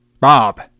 Bob